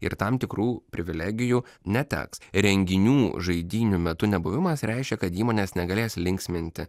ir tam tikrų privilegijų neteks renginių žaidynių metu nebuvimas reiškia kad įmonės negalės linksminti